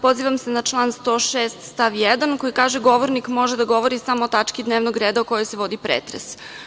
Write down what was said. Pozivam se na član 106. stav 1. koji kaže – govornik može da govori samo o tački dnevnog reda o kojoj se vodi pretres.